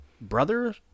brother